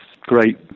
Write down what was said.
great